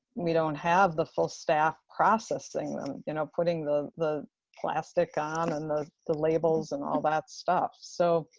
we don't have the full staff processing them, you know putting the the plastic on and the the labels and all that stuff. so